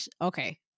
okay